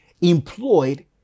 employed